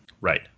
Right